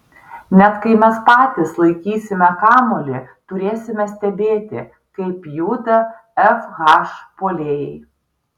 net kai mes patys laikysime kamuolį turėsime stebėti kaip juda fh puolėjai